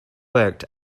worked